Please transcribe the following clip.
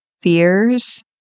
fears